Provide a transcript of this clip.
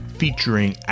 featuring